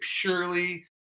purely –